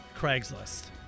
craigslist